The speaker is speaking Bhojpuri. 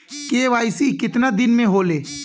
के.वाइ.सी कितना दिन में होले?